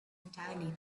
entirely